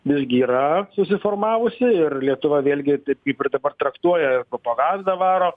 visgi yra susiformavusi ir lietuva vėlgi taip kaip ir dabar traktuoja propaganda varo